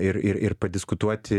ir ir ir padiskutuoti